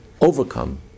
overcome